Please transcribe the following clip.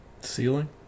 Ceiling